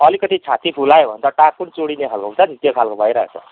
अलिकति छाती फुलायो भने त टाँक पनि चुँडिने खालको हुन्छ नि त्यो खालको भइरहेको छ